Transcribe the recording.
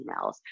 emails